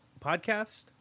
podcast